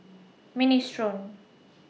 Minestrone